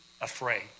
afraid